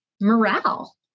morale